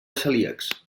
celíacs